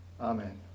Amen